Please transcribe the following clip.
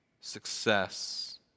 success